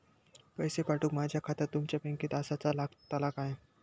पैसे पाठुक माझा खाता तुमच्या बँकेत आसाचा लागताला काय?